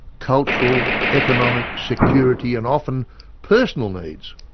cultural, economic, security and often personal needs.